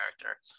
character